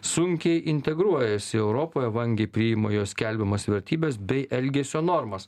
sunkiai integruojasi europoje vangiai priima jo skelbiamas vertybes bei elgesio normas